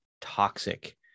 toxic